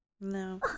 No